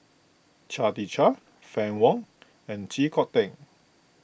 Chia Tee Chiak Fann Wong and Chee Kong Tet